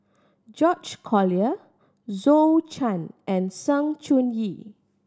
George Collyer Zhou Can and Sng Choon Yee